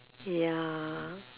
ya